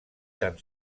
tan